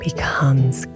Becomes